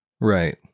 Right